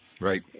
Right